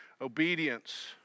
Obedience